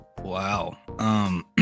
Wow